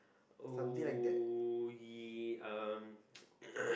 oh yeah um